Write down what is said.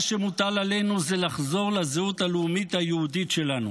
מה שמוטל עלינו זה לחזור לזהות הלאומית היהודית שלנו,